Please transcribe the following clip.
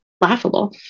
laughable